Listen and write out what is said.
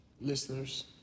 listeners